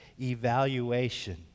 evaluation